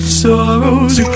sorrows